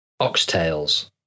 Oxtails